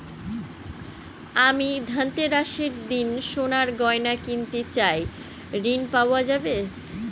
আমি ধনতেরাসের দিন সোনার গয়না কিনতে চাই ঝণ পাওয়া যাবে?